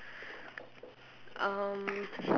um